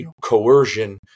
coercion